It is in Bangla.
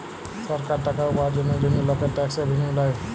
সরকার টাকা উপার্জলের জন্হে লকের ট্যাক্স রেভেন্যু লেয়